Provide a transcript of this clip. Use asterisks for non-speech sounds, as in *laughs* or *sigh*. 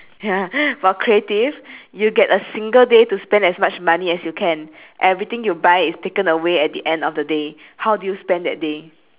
ya *laughs* for creative you get a single day to spend as much money as you can everything you buy is taken away at the end of the day how do you spend that day